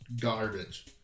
garbage